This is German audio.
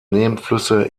nebenflüsse